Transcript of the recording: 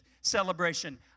celebration